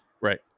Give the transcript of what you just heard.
Right